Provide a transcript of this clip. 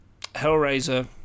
Hellraiser